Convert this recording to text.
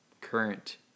current